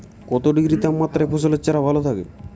কত ডিগ্রি তাপমাত্রায় ফসলের চারা ভালো থাকে?